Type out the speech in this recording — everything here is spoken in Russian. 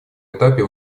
этапе